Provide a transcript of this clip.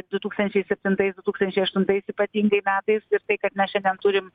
du tūkstančiai septintais du tūkstančiai aštuntais ypatingai metais ir tai kad mes šiandien turim